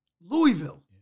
Louisville